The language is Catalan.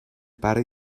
pare